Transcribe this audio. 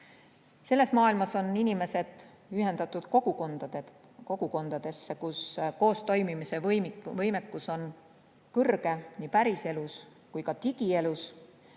Selles maailmas on inimesed ühendatud kogukondadesse, kus koostoimimise võimekus on suur nii päriselus kui ka digielus.